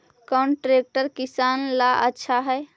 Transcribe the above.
कौन ट्रैक्टर किसान ला आछा है?